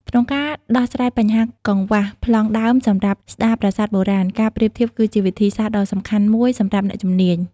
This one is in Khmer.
ក្នុងការដោះស្រាយបញ្ហាកង្វះប្លង់ដើមសម្រាប់ស្ដារប្រាសាទបុរាណ ការប្រៀបធៀបគឺជាវិធីសាស្ត្រដ៏សំខាន់មួយសម្រាប់អ្នកជំនាញ។